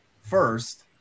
first